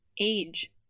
age